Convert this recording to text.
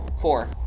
Four